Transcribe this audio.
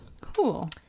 Cool